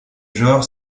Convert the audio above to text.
genre